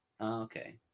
Okay